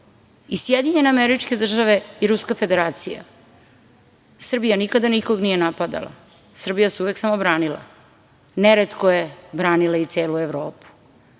a jesu to i SAD i Ruska Federacija. Srbija nikada nikoga nije napadala, Srbija se uvek samo branila, neretko je branila i celu Evropu.